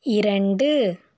இரண்டு